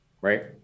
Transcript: right